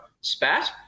spat